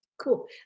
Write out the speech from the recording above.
Cool